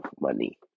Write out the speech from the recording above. money